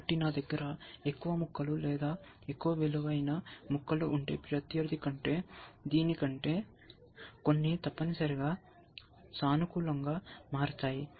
కాబట్టి నా దగ్గర ఎక్కువ ముక్కలు లేదా ఎక్కువ విలువైన ముక్కలు ఉంటే ప్రత్యర్థి కంటే దీని కంటే కొన్ని తప్పనిసరిగా సానుకూలంగా మారతాయి